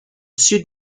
dessus